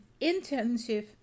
intensive